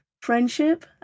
friendship